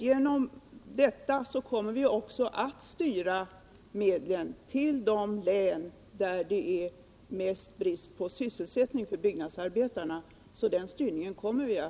Genom denna kommer vi också att styra medlen till de län där det är mest brist på sysselsättning för byggnadsarbetarna.